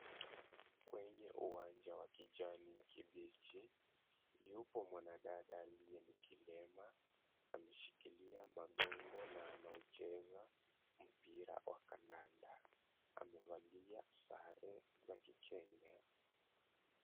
Kwenye uwanja wa kijani kibichi, yupo mwanadada aliye ni kilema, ameshikilia magongo na anaucheza mpira wa kandanda. Amevalia sare za kiKenya.